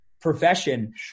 profession